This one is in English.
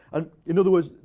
and in other words,